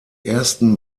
ersten